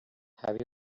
have